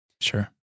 Sure